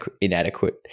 inadequate